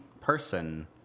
person